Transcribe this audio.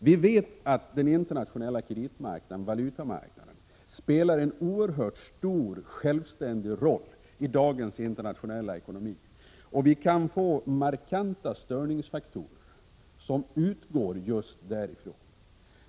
Vi vet att de internationella kreditoch valutamarknaderna spelar en oerhört stor och självständig roll i dagens internationella ekonomi. Vi kan få markanta störningsfaktorer som utgår just därifrån.